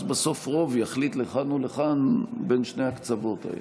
אז בסוף רוב יחליט לכאן או לכאן בין שני הקצוות הללו.